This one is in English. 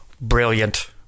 Brilliant